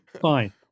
Fine